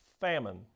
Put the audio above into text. Famine